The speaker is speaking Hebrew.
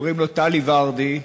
קוראים לו טלי ורדי,